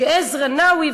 עזרא נאווי,